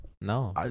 No